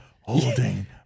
holding